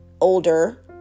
older